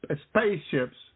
spaceships